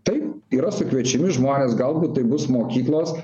taip yra sukviečiami žmonės galbūt tai bus mokyklos